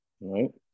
right